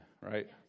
right